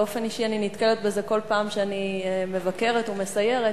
באופן אישי אני נתקלת בזה כל פעם שאני מבקרת ומסיירת,